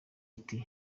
ati